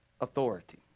authority